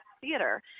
theater